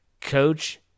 Coach